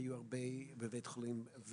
היו הרבה בבית חולים.